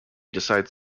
decides